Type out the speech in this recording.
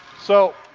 so,